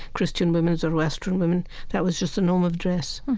christian women, zoroastrian women, that was just the norm of dress